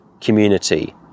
community